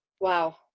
Wow